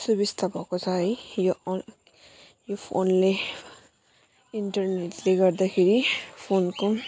सुविस्ता भएको छ है यो अ यो फोनले इन्टरनेटले गर्दाखेरि फोनको